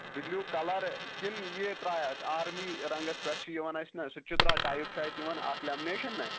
blue colour کِنہٕ یہِ تراوکھ آرمی رنگس پٮ۪ٹھ چھُ یِوان اسہِ نا سُہ چترا ٹایپ چھُ یِوان اسہِ اکھ لیمنیشن نہ